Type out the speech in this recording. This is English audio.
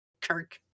Kirk